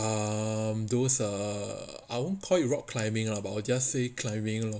um those err I won't call it rock climbing lah but I would just say climbing lor